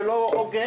ולא "עוגן",